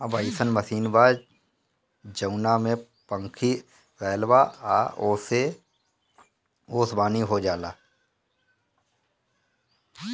अब अइसन मशीन बा जवना में पंखी रहेला आ ओसे ओसवनी हो जाला